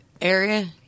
area